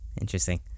Interesting